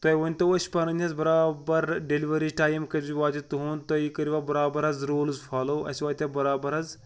تُہۍ ؤنۍ تو أسۍ پَنٕنۍ حظ برابر ڈیٚلِؤری ٹایِم کٔژِ واتہِ تُہُنٛد تُہۍ کٔرِوا برابر حظ روٗلٕز فالو اَسہِ واتہِ برابر حظ